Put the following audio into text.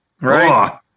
Right